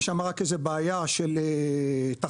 יש שם רק בעיה של תחבורה,